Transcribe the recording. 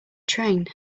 train